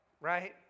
right